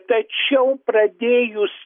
tačiau pradėjus